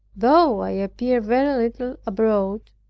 though i appeared very little abroad,